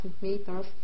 meters